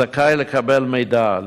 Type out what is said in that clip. הזכאי לקבל מידע,